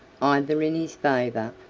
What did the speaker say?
either in his favor,